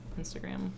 instagram